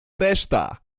reszta